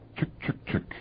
Chick-chick-chick